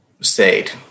stayed